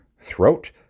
throat